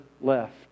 left